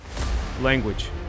Language